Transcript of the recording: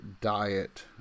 diet